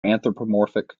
anthropomorphic